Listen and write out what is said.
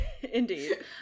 Indeed